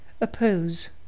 Oppose